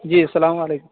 جی السلام علیکم